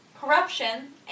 Corruption-